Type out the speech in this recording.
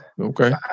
Okay